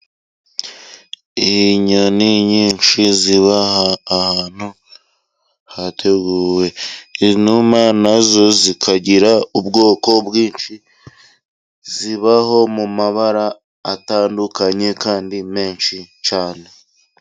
Inyoni nyinshi ziba ahantu hateguwe, inuma na zo zikagira ubwoko bwinshi, zibaho mu mabara atandukanye, kandi menshi cyane.